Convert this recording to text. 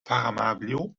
paramaribo